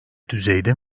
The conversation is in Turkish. düzeyde